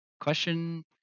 Question